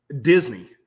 Disney